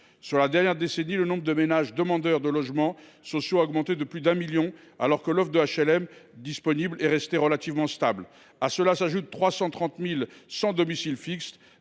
Sur la dernière décennie, le nombre de ménages demandeurs de logements sociaux a augmenté de plus d’un million, alors que l’offre de HLM disponibles est restée relativement stable. Par ailleurs,